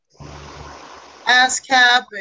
ASCAP